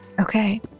Okay